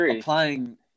applying